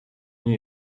nie